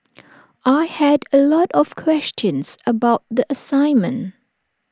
I had A lot of questions about the assignment